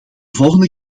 volgende